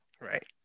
Right